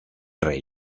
rey